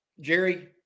Jerry